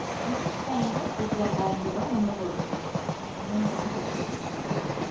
admission ടൈമിൽ ഒരു രണ്ടായിരം രൂപ നമ്മൾ കൊടുക്കുന്നു അങ്ങനെയാണ് ട്യൂഷൻ ഫീൻ്റെ ഇത് വരുന്നത്